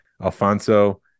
Alfonso